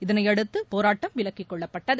இதனையடுத்து போராட்டம் விலக்கிக்கொள்ளப்பட்டது